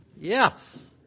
Yes